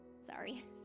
Sorry